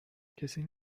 نیست